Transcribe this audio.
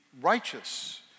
righteous